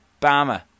Bama